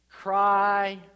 cry